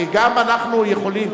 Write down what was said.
גם אנחנו יכולים,